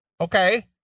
Okay